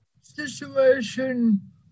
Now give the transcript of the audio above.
situation